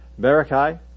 Barakai